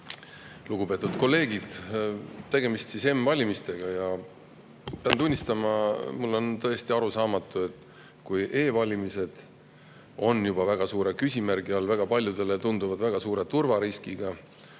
Lugupeetud kolleegid! Tegemist on siis m‑valimistega. Pean tunnistama, et mulle on tõesti arusaamatu, et kuigi e‑valimised on juba väga suure küsimärgi all, väga paljudele tundub, et nad on väga suure turvariskiga,